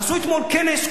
עשו אתמול כנס,